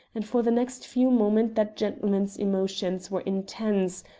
and for the next few moments that gentleman's emotions were intense,